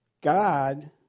God